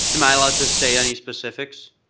am i allowed to say any specifics?